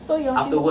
so you all still